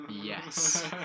Yes